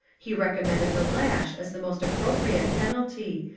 he recommended the lash as the most appropriate penalty,